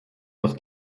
aus